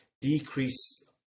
decrease